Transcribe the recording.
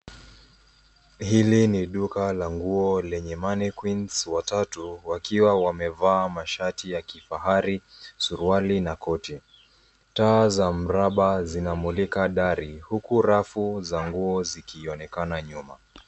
Ili ni duka la nguo lenye manequinns watatu wakiwa wamevaa mavazi ya kifahari, suruali na koti. Taa za mraba zinamulika dari huku safu za nguo zikionekana nyuma.